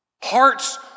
Hearts